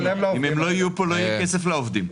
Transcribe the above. אם הם לא יהיו פה, לא יהיה כסף לעובדים.